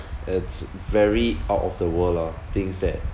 it's very out of the world lah things that